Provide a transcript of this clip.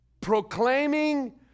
Proclaiming